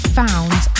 found